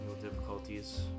difficulties